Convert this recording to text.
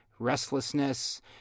restlessness